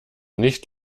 nicht